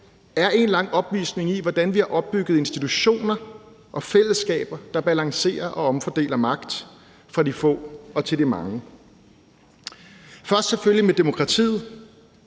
er en lang opvisning af, hvordan vi har opbygget institutioner og fællesskaber, der balancerer og omfordeler magt fra de få til de mange. Først selvfølgelig med demokratiet,